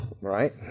Right